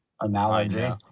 analogy